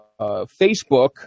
Facebook